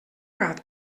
gat